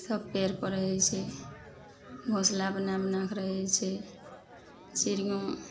सब पेड़पर रहय छै घोसला बनाय बनाय कए रहय छै चिड़ियोँ